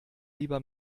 lieber